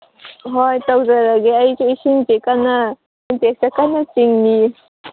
ꯍꯣꯏ ꯇꯧꯖꯔꯒꯦ ꯑꯩꯁꯨ ꯏꯁꯤꯡꯁꯦ ꯀꯟꯅ ꯁꯤꯟꯇꯦꯛꯁꯦ ꯀꯟꯅ ꯇꯦꯡꯏ